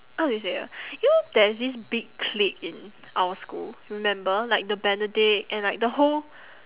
how do you say ah you know there's this big clique in our school remember like the benedict and like the whole